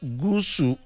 gusu